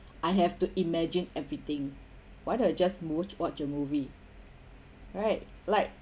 I have to imagine everything why don't I just mo~ it watch a movie right like